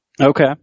Okay